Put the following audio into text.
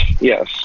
Yes